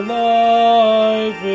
life